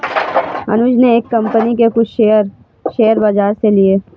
अनुज ने एक कंपनी के कुछ शेयर, शेयर बाजार से लिए